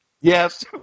Yes